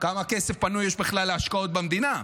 כמה כסף פנוי יש בכלל להשקעות במדינה?